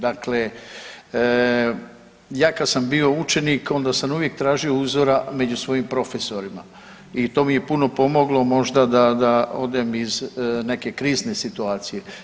Dakle, ja kada sam bio učenik onda sam uvijek tražio uzora među svojim profesorima i to mi je puno pomoglo možda da odem iz neke krizne situacije.